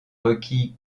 requis